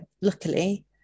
luckily